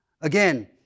Again